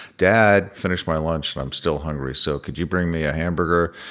dad, finished my lunch and i'm still hungry. so could you bring me a hamburger,